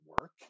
work